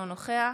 אינו נוכח